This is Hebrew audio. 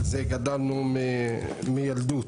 על זה גדלנו מילדות.